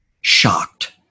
shocked